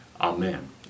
Amen